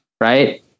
right